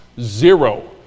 Zero